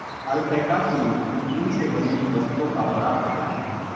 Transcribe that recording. alpaca के ऊन से बने वस्त्रों का बड़ा बाजार है